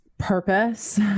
Purpose